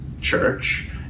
church